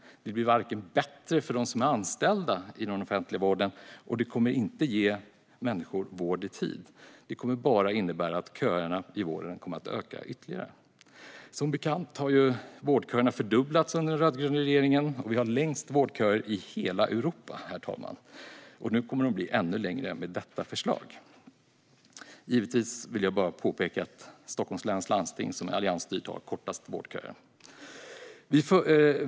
Det blir inte bättre för dem som är anställda i den offentliga vården, och det kommer inte att ge människor vård i tid. Det kommer bara att innebära att köerna i vården ökar ytterligare. Som bekant har vårdköerna fördubblats under den rödgröna regeringen. Vi har längst vårdköer i hela Europa, och nu kommer de att bli ännu längre med detta förslag. Givetvis vill jag bara påpeka att Stockholms läns landsting, som är alliansstyrt, har kortast vårdköer.